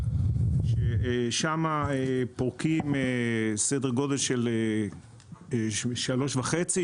שם פורקים סדר גודל של 3.5,